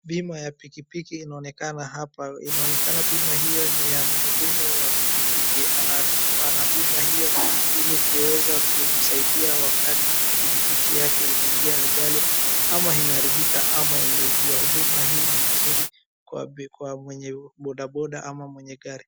Bima ya pikipiki inaonekana hapa. Inaonekana bima hio ni ya mhudumu wa pikipiki. Ana bima hio ili kuweza kumsaidia wakati pikipiki yake inaingia ajali, ama inaharibika, ama inaibiwa. Huduma hii ni mzuri kwa mwenye bodaboda ama mwenye gari.